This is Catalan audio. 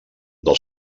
dels